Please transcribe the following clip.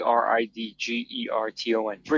Bridgerton